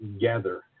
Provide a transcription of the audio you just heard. gather